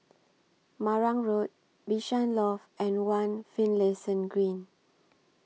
Marang Road Bishan Loft and one Finlayson Green